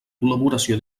col·laboració